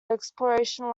exploration